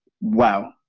wow